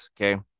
okay